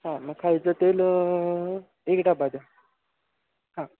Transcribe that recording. हां मग खायचं तेल एक डबा द्या हां